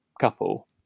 couple